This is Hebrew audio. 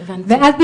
ואז,